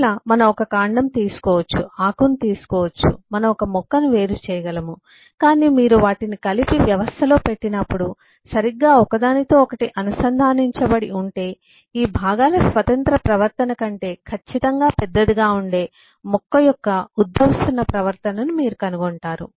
మరలా కలిసి మనం ఒక కాండం తీసుకోవచ్చు ఆకును తీసుకోవచ్చు మనము ఒక మొక్కను వేరుచేయగలము కాని మీరు వాటిని కలిపి వ్యవస్థలో పెట్టినప్పుడు సరిగ్గా ఒకదానితో ఒకటి అనుసంధానించబడి ఉంటే ఈ భాగాల స్వతంత్ర ప్రవర్తన కంటే ఖచ్చితంగా పెద్దదిగా ఉండే మొక్క యొక్క ఉద్భవిస్తున్న ప్రవర్తనను మీరు కనుగొంటారు